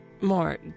more